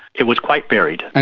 it was quite varied. and